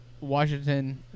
Washington